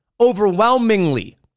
overwhelmingly